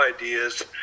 ideas